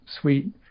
sweet